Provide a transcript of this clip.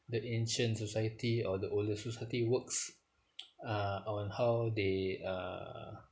the ancient society or the older society works uh on and how they (uh